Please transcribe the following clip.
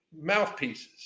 mouthpieces